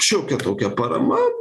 šiokia tokia parama